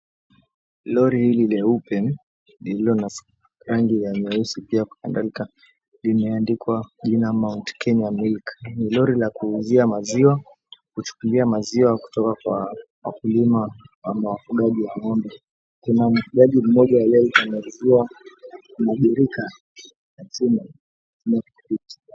Lori hili leupe lililo na rangi ya nyeusi pia limeandikwa Mlima Mount Kenya Milk. Ni Lori la kuuzia maziwa kuchukulia maziwa kutoka kwa wakulima ama wafugaji wa ng'ombe kuna mfugaji mmoja ambaye anauziwa mabirika ya chuma yanayuvutia.